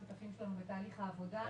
השותפים שלנו בתהליך העבודה.